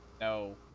no